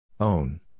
Own